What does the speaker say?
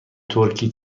ترکی